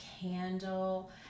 candle